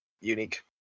unique